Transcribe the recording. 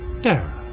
Dara